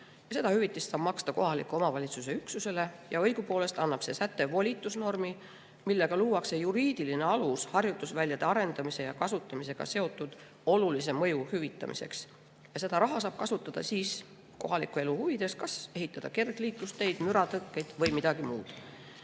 Seda hüvitist saab maksta kohaliku omavalitsuse üksusele. Õigupoolest annab see säte volitusnormi, millega luuakse juriidiline alus harjutusväljade arendamise ja kasutamisega seotud olulise mõju hüvitamiseks. Seda raha saab kasutada kohaliku elu huvides, kas ehitada kergliiklusteid, müratõkkeid või midagi muud.